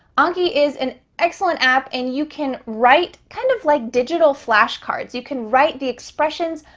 anki is an excellent app and you can write kind of like, digital flash cards. you can write the expressions.